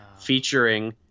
featuring